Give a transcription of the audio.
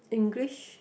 English